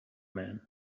man